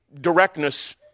directness